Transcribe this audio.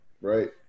right